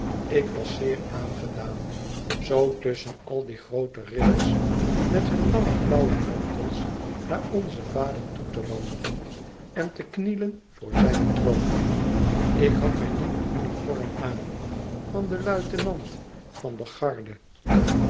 ik was zeer aangedaan zoo tusschen al die groote ridders met hun lange blauwe mantels naar onzen vader toe te wandelen en te knielen voor zijn troon ik had mijn nieuwen uniform aan van luitenant van de garde